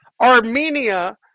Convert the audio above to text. Armenia